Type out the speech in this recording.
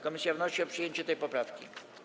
Komisja wnosi o przyjęcie tej poprawki.